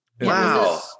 Wow